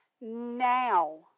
now